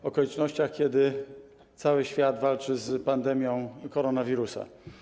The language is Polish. W okolicznościach, kiedy cały świat walczy z pandemią koronawirusa.